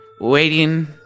waiting